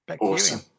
Awesome